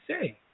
say